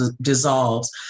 dissolves